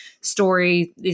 story